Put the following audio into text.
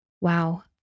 Wow